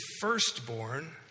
firstborn